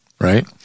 right